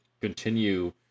continue